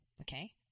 okay